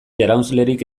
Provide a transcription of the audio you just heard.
jaraunslerik